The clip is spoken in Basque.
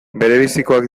berebizikoak